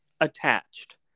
Attached